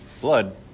blood